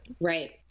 Right